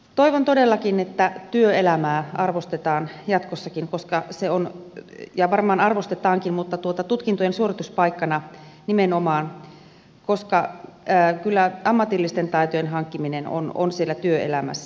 toivon todellakin että työelämää arvostetaan jatkossakin ja varmaan arvostetaankin mutta tutkintojen suorituspaikkana nimenomaan koska kyllä ammatillisten taitojen hankkiminen on siellä työelämässä